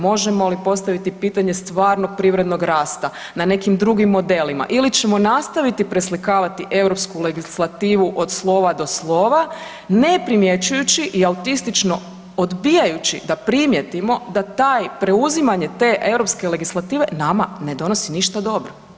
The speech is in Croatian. Možemo li postaviti pitanje stvarnog privrednog rasta na nekim modelima ili ćemo nastaviti preslikavati europsku legislativu od slova do slova ne primjećujući i autistično odbijajući da primijetimo da preuzimanje te europske legislative nama ne donosi ništa dobro.